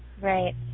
right